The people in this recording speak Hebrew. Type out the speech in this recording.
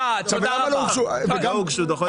לא הוגשו דוחות ביצוע.